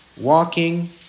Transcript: walking